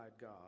God